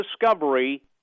discovery